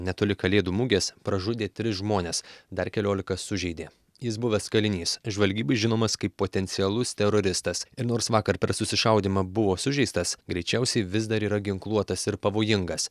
netoli kalėdų mugės pražudė tris žmones dar keliolika sužeidė jis buvęs kalinys žvalgybai žinomas kaip potencialus teroristas ir nors vakar per susišaudymą buvo sužeistas greičiausiai vis dar yra ginkluotas ir pavojingas